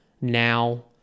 now